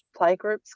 playgroups